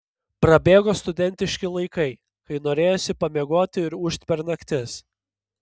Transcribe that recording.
prabėgo studentiški laikai kai norėjosi pamiegoti ir ūžt per naktis